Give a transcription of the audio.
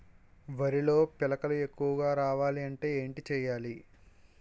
వరిలో పిలకలు ఎక్కువుగా రావాలి అంటే ఏంటి చేయాలి?